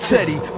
Teddy